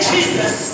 Jesus